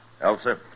Elsa